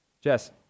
Jess